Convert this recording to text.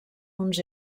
uns